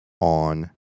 on